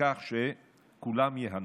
וכך כולם ייהנו.